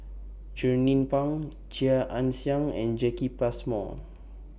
Jernnine Pang Chia Ann Siang and Jacki Passmore